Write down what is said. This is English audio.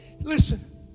Listen